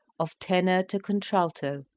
of tenor to contralto,